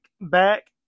back